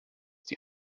die